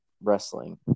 wrestling